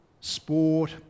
sport